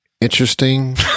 interesting